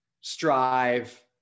strive